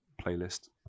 playlist